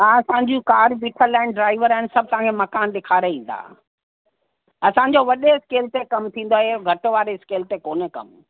हा असांजियूं कार बीठल आहिनि ड्राइवर आहिनि सभु तव्हांखे मकान ॾेखारे ईंदा असांजो वॾो स्केल ते कम थींदो आहे घटि स्केल ते कोन्ह कमु